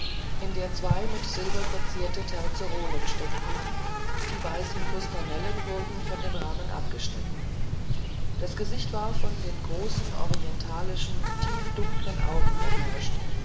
in der zwei mit silber verzierte terzerole steckten die weißen fustanellen wurden von dem rahmen abgeschnitten das gesicht war von den großen orientalisch tiefdunklen augen beherrscht